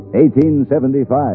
1875